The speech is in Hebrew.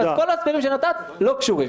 אז כל ההסברים שנתת לא קשורים.